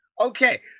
Okay